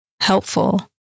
helpful